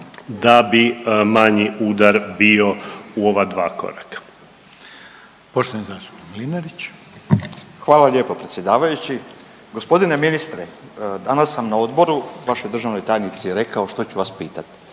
Mlinarić. **Mlinarić, Stipo (DP)** Hvala lijepo predsjedavajući. Gospodine ministre, danas sam na odboru vašoj državnoj tajnici rekao što ću vas pitati,